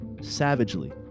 savagely